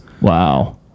Wow